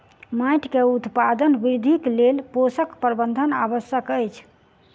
माइट के उत्पादन वृद्धिक लेल पोषक प्रबंधन आवश्यक अछि